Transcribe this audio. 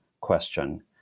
question